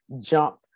Jump